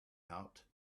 out